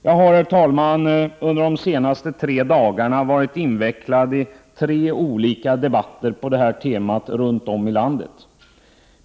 Jag har, herr talman, under de senaste tre dagarna runt om i landet varit invecklad i tre olika debatter om det här temat.